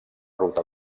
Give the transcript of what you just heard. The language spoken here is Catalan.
ruta